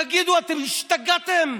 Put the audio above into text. תגידו, אתם השתגעתם?